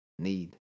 need